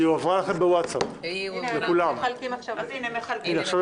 הסעיף אומר כך: ועדת הכנסת תקבע את מכסת